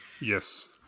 Yes